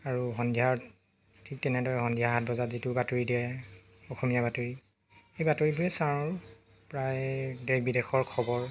আৰু সন্ধিয়া ঠিক তেনেদৰে সন্ধিয়া সাত বজাত যিটো বাতৰি দিয়ে অসমীয়া বাতৰি সেই বাতৰিবোৰেই চাওঁ আৰু প্ৰায় দেশ বিদেশৰ খবৰ